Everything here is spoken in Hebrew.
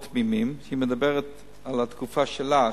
תמימים" היא מדברת על התקופה שלה,